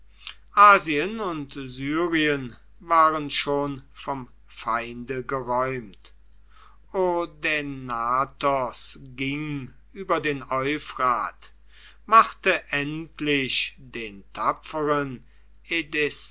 und syrien waren schon vom feinde geräumt odaenathos ging über den euphrat machte endlich den tapferen